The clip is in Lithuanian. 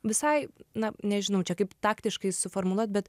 visai na nežinau čia kaip taktiškai suformuluot bet